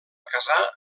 casar